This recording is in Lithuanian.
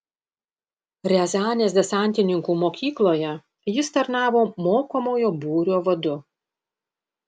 riazanės desantininkų mokykloje jis tarnavo mokomojo būrio vadu